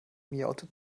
miaute